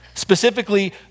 Specifically